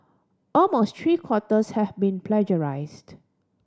almost three quarters have been plagiarised